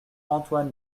antoine